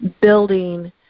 building